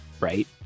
right